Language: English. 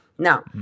Now